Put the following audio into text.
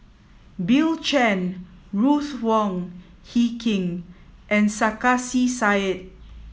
Bill Chen Ruth Wong Hie King and Sarkasi Said